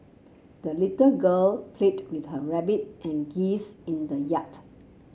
the little girl played with her rabbit and geese in the yard